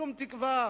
שום תקווה,